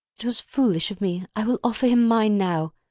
it was foolish of me. i will offer him mine now.